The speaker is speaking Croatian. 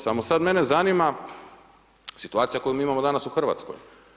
Samo sad mene zanima situacija koju mi imamo danas u Hrvatskoj.